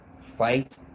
fight